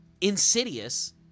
insidious